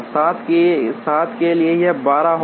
7 के लिए यह 12 होगा